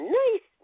nice